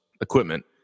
equipment